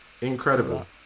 Incredible